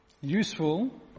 Useful